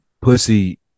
Pussy